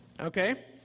Okay